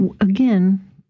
again